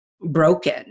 broken